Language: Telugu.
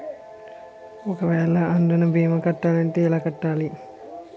ఒక వేల అందునా భీమా కట్టాలి అంటే ఎలా కట్టాలి?